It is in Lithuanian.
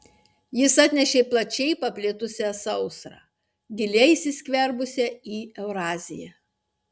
jis atnešė plačiai paplitusią sausrą giliai įsiskverbusią į euraziją